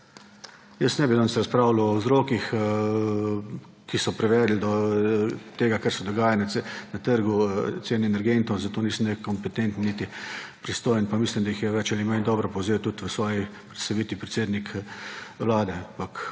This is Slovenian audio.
Jaz ne bi danes razpravljal o vzrokih, ki so privedli do tega, kar se dogaja na trgu cen energentov. Za to nisem niti kompetenten niti pristojen pa mislim, da jih je več ali manj dobro povzel v svoji predstavitvi tudi predsednik Vlade,